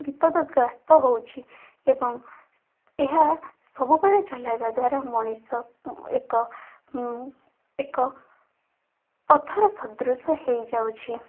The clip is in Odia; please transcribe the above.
ବିପଦଗ୍ରାସ୍ଥ ହେଉଛି ଏବଂ ଏହା ସବୁବେଳେ ଚଲାଇବା ଦ୍ଵାରା ମଣିଷ ଏକ ଏକ ପଥର ସଦୃଶ ହୋଇଯାଉଛି